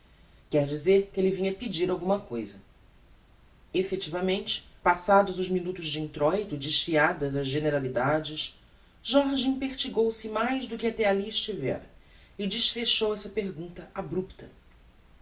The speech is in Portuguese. quer dizer que elle vinha pedir alguma cousa effectivamente passados os minutos de introito e desfiadas as generalidades jorge impertigou se mais do que até alli estivera e desfechou esta pergunta abrupta